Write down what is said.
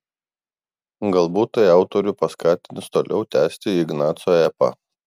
galbūt tai autorių paskatins toliau tęsti ignaco epą